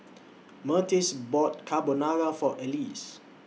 Myrtice bought Carbonara For Elise